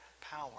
power